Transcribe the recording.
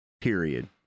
period